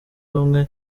bamwe